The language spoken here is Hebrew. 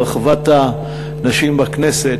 ברחבת הנשים בכנסת.